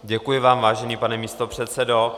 Děkuji vám, vážený pane místopředsedo.